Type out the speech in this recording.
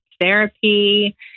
Therapy